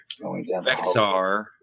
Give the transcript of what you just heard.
Vexar